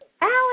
Alan